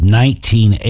nineteen